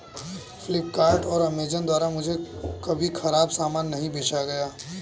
फ्लिपकार्ट और अमेजॉन द्वारा मुझे कभी खराब सामान नहीं बेचा गया